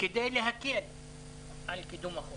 כדי להקל על קידום החוק.